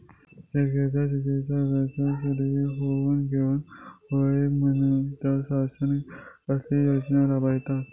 शेतकऱ्यांका शेतीच्या व्यवसायात स्थिर होवुक येऊक होया म्हणान शासन कसले योजना राबयता?